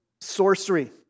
sorcery